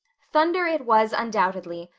thunder it was undoubtedly,